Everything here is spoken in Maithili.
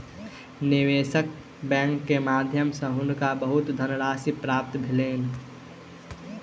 निवेशक बैंक के माध्यम सॅ हुनका बहुत धनराशि प्राप्त भेलैन